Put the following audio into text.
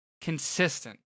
consistent